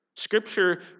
Scripture